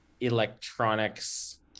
electronics